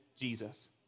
Jesus